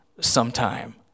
sometime